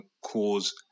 cause